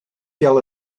yell